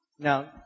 Now